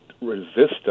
resistance